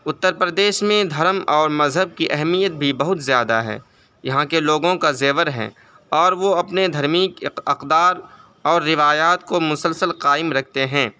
اترپردیش میں دھرم اور مذہب کی اہمیت بھی بہت زیادہ ہے یہاں کے لوگوں کا زیور ہے اور وہ اپنے دھرمی اقدار اور روایات کو مسلسل قائم رکھتے ہیں